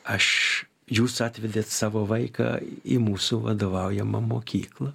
aš jūs atvedėt savo vaiką į mūsų vadovaujamą mokyklą